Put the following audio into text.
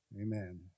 Amen